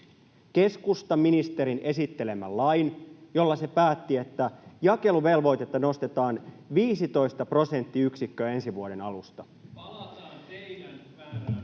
keskustaministerin esittelemän lain, jolla se päätti, että jakeluvelvoitetta nostetaan 15 prosenttiyksikköä ensi vuoden alusta. [Timo Harakka: